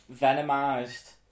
Venomized